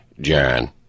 John